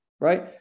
right